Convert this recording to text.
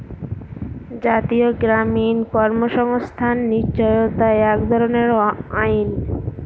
জাতীয় গ্রামীণ কর্মসংস্থান নিশ্চয়তা এক ধরনের আইন